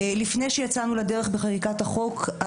לפני שיצאנו לדרך בחקיקת החוק,